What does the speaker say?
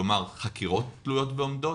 כלומר חקירות תלויות ועומדות,